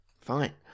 Fine